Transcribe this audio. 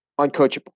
uncoachable